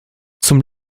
zum